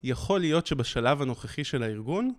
יכול להיות שבשלב הנוכחי של הארגון...